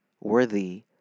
worthy